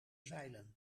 zeilen